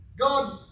God